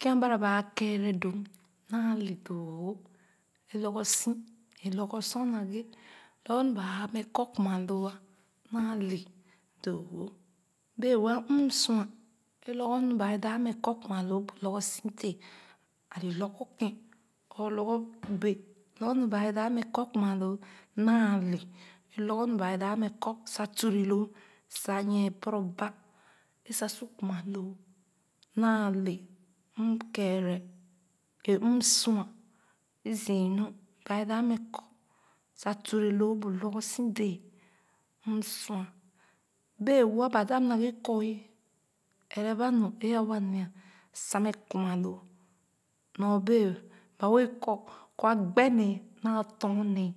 kèn abara ba kere dɔ naa lɛ doo-wo ee lorgor su ee lorgor su na ghe lorgor nu ba āā mɛ kɔ kunna loo ah naa le doo-wo bee woa m sua ee lorgor nu ba ee dap mɛ kɔ kunna loo bu lorgor su dèè a le lorgor kèn or lorgor bee lorgor m bee ee dap mɛ kɔ kunna loo naa le a le lorgor nu ba dap sa mɛ kɔ ture loo sa nyie poro ba ee sa su kuma loo naa le m kerere ee m sua ee zii nu ba ee dap mɛ kɔ sa ture loo bu lorgor su dɛɛ m sua bee ue ba dap naghe mɛ kɔ eh ɛrɛ ba nu ee a wa nya sa mɛ kunn a loo nyɔ bee ba wɛɛ kɔ a gbènee naa tɔn nee